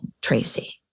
Tracy